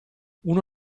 uno